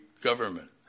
government